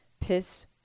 piss